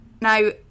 Now